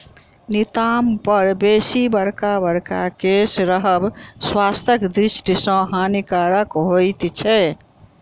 नितंब पर बेसी बड़का बड़का केश रहब स्वास्थ्यक दृष्टि सॅ हानिकारक होइत छै